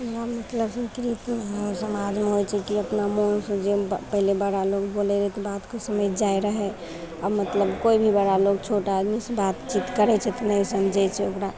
यहाँ मतलब संस्कृति हइ समाजमे होइ छै की अपना मोनसँ जे पहिले बड़ा लोग बोलय रहय तऽ बातके समझि जाइ रहय अब मतलब कोइ भी बड़ा लोग छोटा आदमीसँ बातचीत करय छै तऽ नहि समझै छै ओकरा